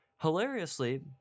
hilariously